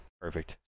perfect